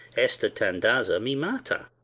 esta tardanza me mata!